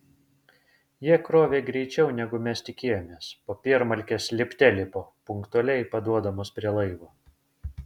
jie krovė greičiau negu mes tikėjomės popiermalkės lipte lipo punktualiai paduodamos prie laivo